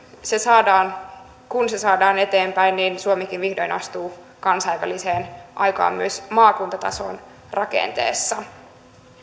se saadaan kun se saadaan eteenpäin niin suomikin vihdoin astuu kansainväliseen aikaan myös maakuntatason rakenteessa